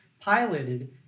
piloted